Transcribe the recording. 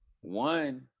one